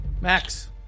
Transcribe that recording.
Max